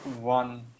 one